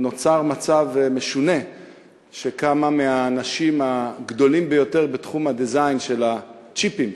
נוצר מצב משונה שכמה מהאנשים הגדולים ביותר בתחום הדיזיין של הצ'יפים,